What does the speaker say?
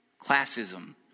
classism